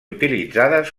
utilitzades